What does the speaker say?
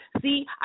See